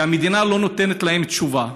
שהמדינה לא נותנת להם תשובה,